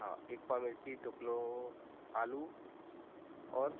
हाँ एक पाव मिर्ची दो किलो आलू और